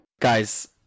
Guys